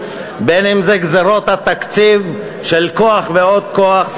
בין אם זה גזירות התקציב של כוח ועוד כוח.